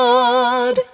God